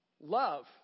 Love